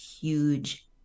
huge